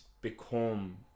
become